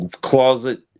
closet